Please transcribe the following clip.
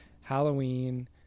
Halloween